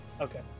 Okay